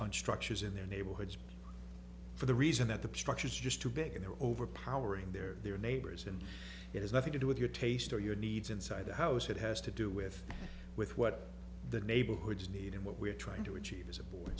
on structures in their neighborhoods for the reason that the structure is just too big there are over powering their neighbors and it has nothing to do with your taste or your needs inside the house it has to do with with what the neighborhoods need and what we are trying to achieve as a bo